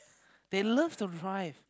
they love to drive